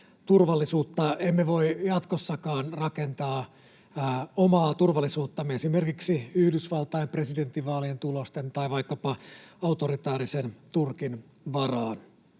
Emme voi jatkossakaan rakentaa omaa turvallisuuttamme esimerkiksi Yhdysvaltain presidentinvaalien tulosten tai vaikkapa autoritäärisen Turkin varaan.